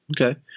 okay